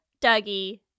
Dougie